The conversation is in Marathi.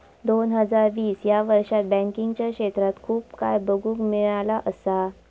दोन हजार वीस ह्या वर्षात बँकिंगच्या क्षेत्रात खूप काय बघुक मिळाला असा